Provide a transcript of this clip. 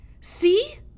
see